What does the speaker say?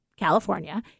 California